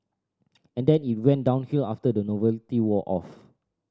and then it went downhill after the novelty wore off